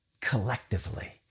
collectively